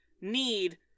need